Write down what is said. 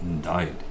died